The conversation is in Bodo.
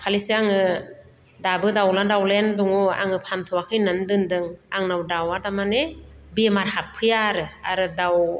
दाखालिसो आङो दाबो दाउज्ला दाउज्लायानो दङ आङो फानथ'आखै होननानै दोनदों आंनाव दाउआ थारमाने बेमार हाबफैया आरो आरो दाउ